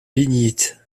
lignite